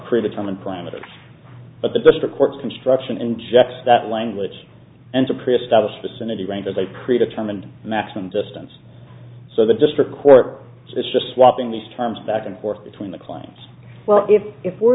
pre determined parameters but the district court's construction injects that language and a pre established vicinity range of a pre determined maximum distance so the district court is just swapping these terms back and forth between the clients well if it were